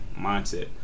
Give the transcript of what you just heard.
mindset